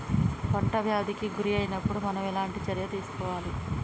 పంట వ్యాధి కి గురి అయినపుడు మనం ఎలాంటి చర్య తీసుకోవాలి?